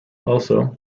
also